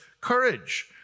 courage